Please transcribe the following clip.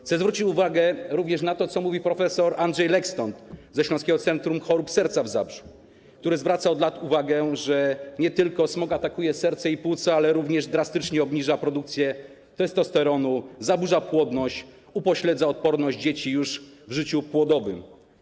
Chcę zwrócić uwagę również na to, co mówi prof. Andrzej Lekston ze Śląskiego Centrum Chorób Serca w Zabrzu, który od lat zwraca uwagę, że smog nie tylko atakuje serce i płuca, ale i drastycznie obniża produkcję testosteronu, zaburza płodność, upośledza odporność dzieci już w życiu płodowym.